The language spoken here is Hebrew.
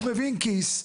הוא מבין כיס,